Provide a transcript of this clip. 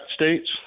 states